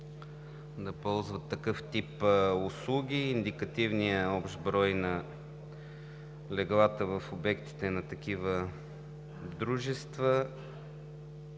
да ползват такъв тип услуги. Индикативният общ брой на леглата в обектите на дружества